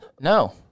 no